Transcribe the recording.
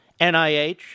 NIH